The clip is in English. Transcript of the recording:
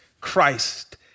Christ